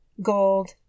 gold